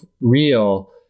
real